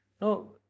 No